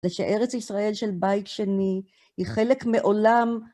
ושארץ ישראל של בית שני היא חלק מעולם.